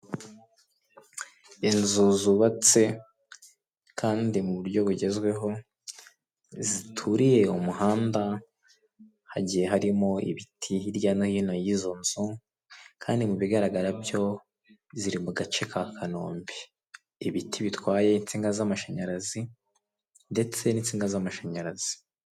Inzu zubatse kandi mu buryo bugezweho zituriye umuhanda, hagiye harimo ibiti hirya no hino yizo nzu, kandi mu bigaragara byo ziri mu gace ka kanombe, ibiti bitwaye insinga z'amashinyarazi, ndetse n'insinga z'amashinyarazi.